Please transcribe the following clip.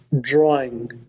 drawing